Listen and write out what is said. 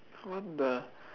what the